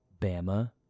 Bama